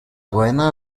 buena